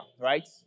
right